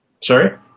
Sorry